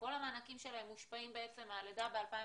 וכל המענקים שלהן מושפעים מהלידה ב-2019,